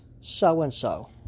so-and-so